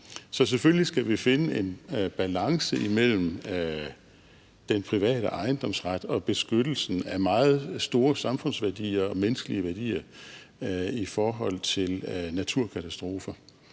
Så selvfølgelig skal vi finde en balance imellem den private ejendomsret og beskyttelsen af meget store samfundsværdier og menneskelige værdier i forhold til naturkatastrofer.